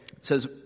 says